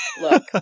Look